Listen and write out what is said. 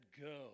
go